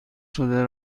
شده